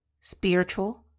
spiritual